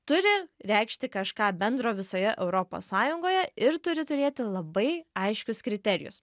turi reikšti kažką bendro visoje europos sąjungoje ir turi turėti labai aiškius kriterijus